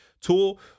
tool